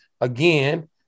again